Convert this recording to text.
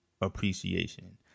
appreciation